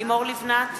לימור לבנת,